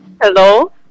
Hello